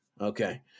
okay